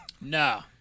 No